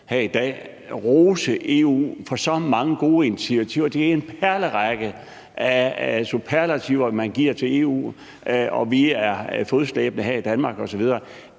Enhedslisten rose EU for så mange gode initiativer. Det er en perlerække af superlativer, man kommer med om EU, og man siger, at vi er fodslæbende her i Danmark osv.